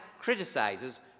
criticizes